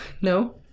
no